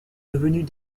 devenues